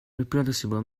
reproducible